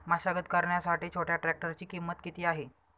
मशागत करण्यासाठी छोट्या ट्रॅक्टरची किंमत किती आहे?